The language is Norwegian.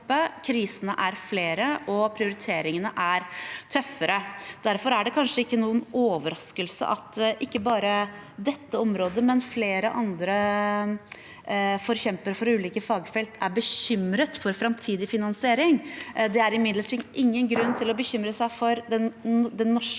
krisene er flere, og prioriteringene er tøffere. Derfor er det kanskje ikke noen overraskelse at det ikke bare gjelder dette området; flere andre forkjempere for ulike fagfelt er bekymret for framtidig finansiering. Det er imidlertid ingen grunn til å bekymre seg for den norske